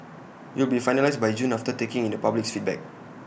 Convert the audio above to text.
IT will be finalised by June after taking in the public's feedback